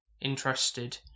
interested